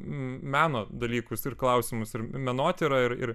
meno dalykus ir klausimus ir menotyrą ir ir